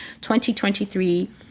2023